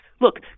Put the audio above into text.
Look